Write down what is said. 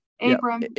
Abram